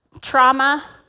trauma